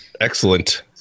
Excellent